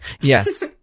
Yes